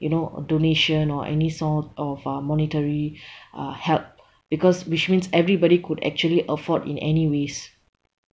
you know donation or any sort of um monetary uh help because which means everybody could actually afford in any ways